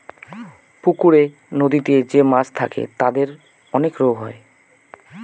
পুকুরে, নদীতে যে মাছ থাকে তাদের অনেক রোগ হয়